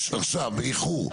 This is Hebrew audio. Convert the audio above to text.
יש עכשיו, באיחור.